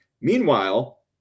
Meanwhile